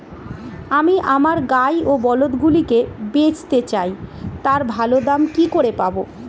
আমি আমার গাই ও বলদগুলিকে বেঁচতে চাই, তার ভালো দাম কি করে পাবো?